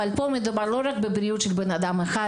אבל פה מדובר לא רק בבריאות של אדם אחד,